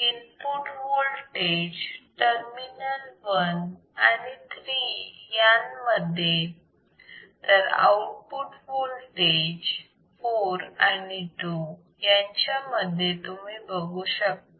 input voltage terminal 1 आणि 3 त्यामध्ये तर आउटपुट वोल्टेज 4 आणि 2 त्यामध्ये तुम्ही बघू शकता